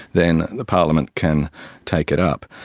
then the parliament can take it up.